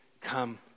come